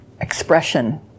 expression